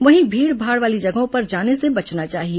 वहीं भीड़भाड़ वाली जगहों पर जाने से बचना चाहिए